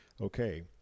Okay